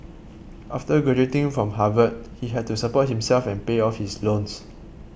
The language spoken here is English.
after graduating from Harvard he had to support himself and pay off his loans